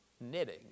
knitting